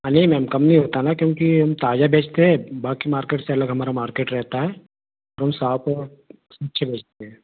हाँ नहीं मैम कम नहीं होता ना क्योंकि हम ताज़ा बेचते हैं बाकी मार्केट से अलग हमारा मार्केट रहता है तो साफ़ अच्छे बेचते हैं